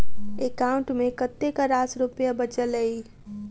account मे कतेक रास रुपया बचल एई